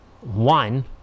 One